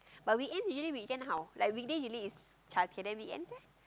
but we aim we usually can how like weekday you lead is chart then weekends leh